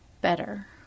better